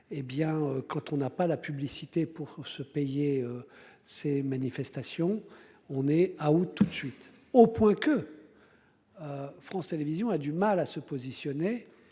Eh bien quand on n'a pas la publicité pour se payer. Ces manifestations. On est à tout de suite, au point que. France Télévisions a du mal à se positionner